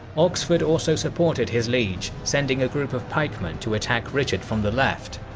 oxford also supported his liege, sending a group of pikemen to attack richard from the left.